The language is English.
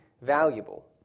valuable